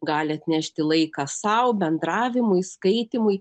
gali atnešti laiką sau bendravimui skaitymui